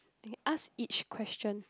I asked each question